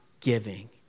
giving